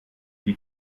die